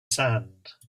sand